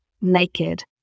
Naked